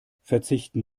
verzichten